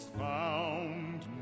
found